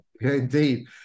Indeed